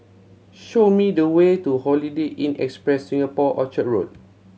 show me the way to Holiday Inn Express Singapore Orchard Road